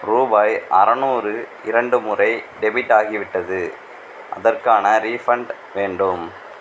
ரூபாய் அறுநூறு இரண்டு முறை டெபிட் ஆகிவிட்டது அதற்கான ரீஃபண்ட் வேண்டும்